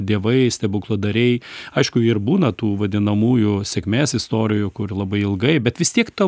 dievai stebukladariai aišku ir būna tų vadinamųjų sėkmės istorijų kur labai ilgai bet vis tiek to